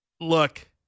Look